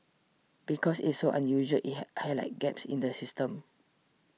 because it's so unusual it high highlights gaps in the system